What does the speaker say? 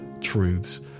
truths